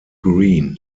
green